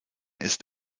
ist